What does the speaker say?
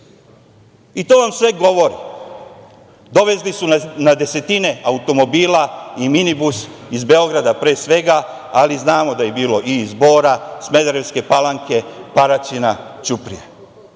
vam sve govori. Dovezli su na desetine automobila i minibus iz Beograda, pre svega, ali znamo da je bilo i iz Bora, Smederevske Palanke, Paraćina, Ćuprije,